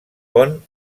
pon